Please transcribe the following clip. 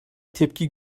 tepki